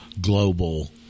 global